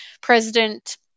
President